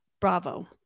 Bravo